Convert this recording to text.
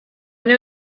know